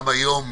גם היום,